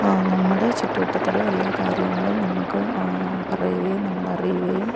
നമ്മുടെ ചുറ്റുവട്ടത്തുള്ള എല്ലാ കാര്യങ്ങളും നമുക്ക് പറയുകയും നമ്മൾ അറിയുകയും